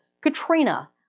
Katrina